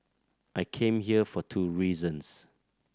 I came here for two reasons